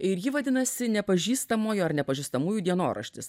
ir ji vadinasi nepažįstamojo ar nepažįstamųjų dienoraštis